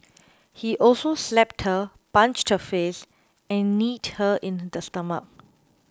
he also slapped her punched her face and kneed her in the stomach